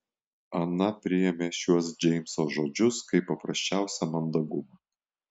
ana priėmė šiuos džeimso žodžius kaip paprasčiausią mandagumą